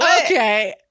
okay